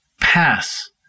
pass